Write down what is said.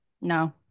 No